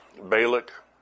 Balak